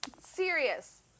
serious